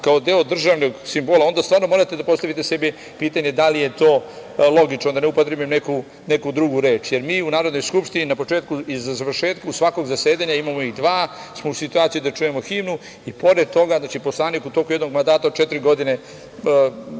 kao deo državnog simbola, onda stvarno morate da postavite sebi pitanje da li je to logično, da ne upotrebim neku drugu reč. Jer, mi u Narodnoj skupštini na početku i završetku svakog zasedanja, a imamo ih dva, smo u situaciji da čujemo himnu, i pored toga poslanik u toku jednog mandata od četiri godine